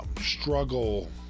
struggle